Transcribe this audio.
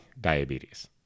diabetes